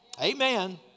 Amen